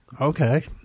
okay